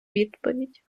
відповідь